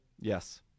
Yes